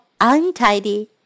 untidy